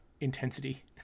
intensity